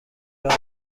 راه